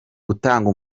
gutanga